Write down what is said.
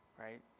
right